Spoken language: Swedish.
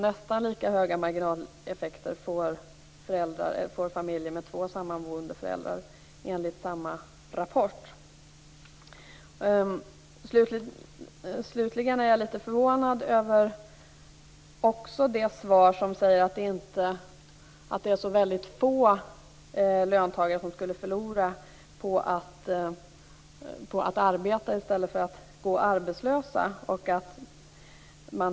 Nästan lika höga marginaleffekter får familjer med två sammanboende föräldrar enligt samma rapport. Slutligen är jag också litet förvånad över det svar som säger att det är väldigt få löntagare som skulle förlora på att arbeta i stället för att gå arbetslösa.